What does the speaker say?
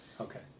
Okay